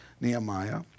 Nehemiah